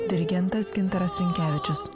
dirigentas gintaras rinkevičius